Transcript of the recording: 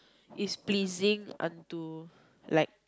is pleasing until like